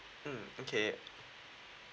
mm okay